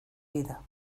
vida